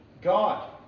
God